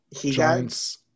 Giants